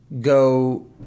go